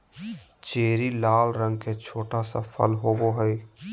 cherry लाल रंग के छोटा सा फल होबो हइ